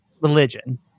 religion